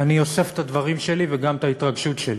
אני אוסף את הדברים שלי וגם את ההתרגשות שלי.